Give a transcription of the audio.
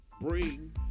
bring